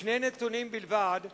שני נתונים בלבד,